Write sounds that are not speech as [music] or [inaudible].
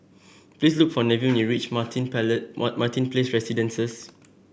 please look for Nevin when you reach Martin Place [unintelligible] Martin Place Residences